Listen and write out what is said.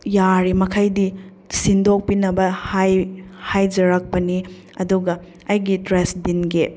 ꯌꯥꯔꯤꯃꯈꯩꯗꯤ ꯁꯤꯟꯗꯣꯛꯄꯤꯅꯕ ꯍꯥꯏꯖꯔꯛꯄꯅꯤ ꯑꯗꯨꯒ ꯑꯩꯒꯤ ꯇ꯭ꯔꯥꯁ ꯕꯤꯟꯒꯤ